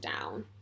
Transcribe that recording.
down